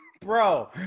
Bro